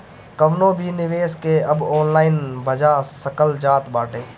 कवनो भी निवेश के अब ऑनलाइन भजा सकल जात बाटे